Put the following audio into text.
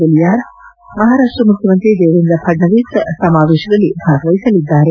ಬುಲಿಯಾರ್ ಮಹಾರಾಷ್ಷ ಮುಖ್ಯಮಂತ್ರಿ ದೇವೇಂದ್ರ ಫಡ್ಕವಿಸ್ ಸಮಾವೇಶದಲ್ಲಿ ಭಾಗವಹಿಸಲಿದ್ದಾರೆ